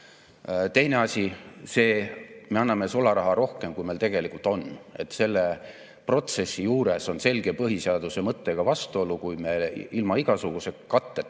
Teine asi, me anname sularaha rohkem, kui meil tegelikult on. Selle protsessi juures on selge põhiseaduse mõttega vastuolu, kui me ilma igasuguse katteta